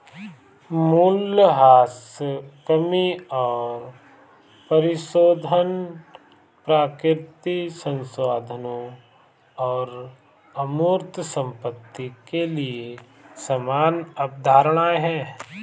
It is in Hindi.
मूल्यह्रास कमी और परिशोधन प्राकृतिक संसाधनों और अमूर्त संपत्ति के लिए समान अवधारणाएं हैं